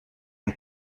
and